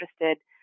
interested